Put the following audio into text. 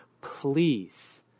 please